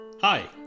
Hi